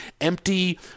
empty